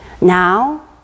Now